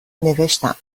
نوشتم